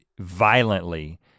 violently